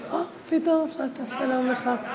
אומנם סיעה קטנה, אבל הוא כאן.